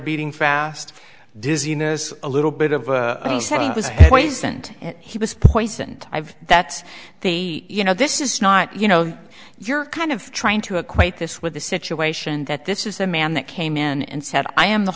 beating fast dizziness a little bit of it was poisoned he was poisoned i've that's the you know this is not you know you're kind of trying to equate this with the situation that this is a man that came in and said i am the